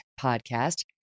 podcast